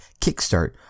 kickstart